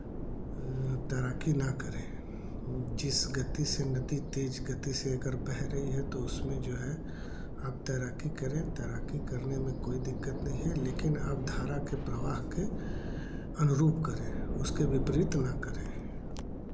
तैराकी ना करें जिस गति से नदी तेज गति से अगर बह रही है तो उसमें जो है आप तैराकी करें तैराकी करने में कोई दिक्कत नहीं है लेकिन आप धारा के प्रवाह के अनुरूप करें उसके विपरीत ना करें